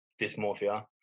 dysmorphia